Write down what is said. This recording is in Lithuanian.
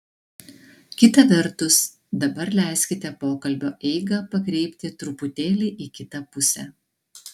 kita vertus dabar leiskite pokalbio eigą pakreipti truputėlį į kitą pusę